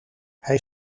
hij